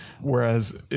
whereas